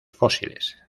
fósiles